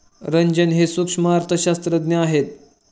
रंजन हे सूक्ष्म अर्थशास्त्रज्ञ आहेत